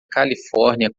califórnia